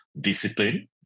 discipline